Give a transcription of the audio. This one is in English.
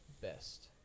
best